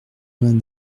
vingt